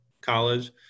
college